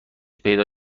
پیدا